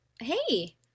hey